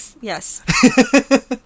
Yes